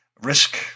risk